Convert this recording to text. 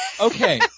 Okay